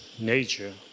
Nature